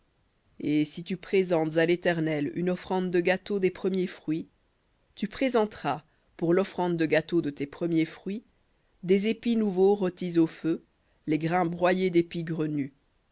et si tu présentes à l'éternel une offrande de gâteau des premiers fruits tu présenteras pour l'offrande de gâteau de tes premiers fruits des épis nouveaux rôtis au feu les grains broyés d'épis grenus et